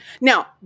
Now